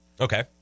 Okay